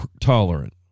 tolerant